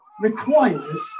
requires